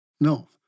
No